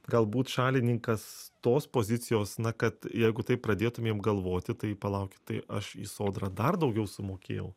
galbūt šalininkas tos pozicijos na kad jeigu taip pradėtumėm galvoti tai palaukit tai aš į sodrą dar daugiau sumokėjau